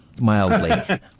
mildly